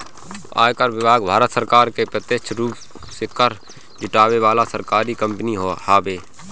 आयकर विभाग भारत सरकार के प्रत्यक्ष रूप से कर जुटावे वाला सरकारी कंपनी हवे